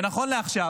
נכון לעכשיו